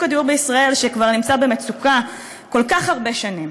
שוק הדיור בישראל שכבר נמצא במצוקה כל כך הרבה שנים.